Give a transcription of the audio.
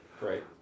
Right